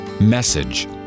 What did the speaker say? message